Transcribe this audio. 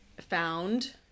found